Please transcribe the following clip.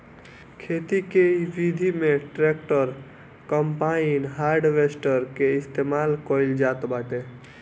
खेती के इ विधि में ट्रैक्टर, कम्पाईन, हारवेस्टर के इस्तेमाल कईल जात बाटे